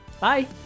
Bye